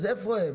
אז איפה הם?